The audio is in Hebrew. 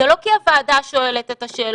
זה לא כי הוועדה שואלת את השאלות,